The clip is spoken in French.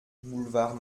boulevard